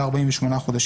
אלא 48 חודשים,